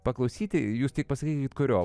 paklausyti jūs tik pasakykit kurio